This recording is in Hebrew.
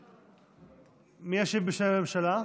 מי ישיב בשם הממשלה?